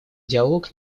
диалог